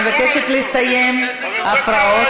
אני מבקשת לסיים הפרעות.